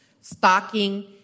stalking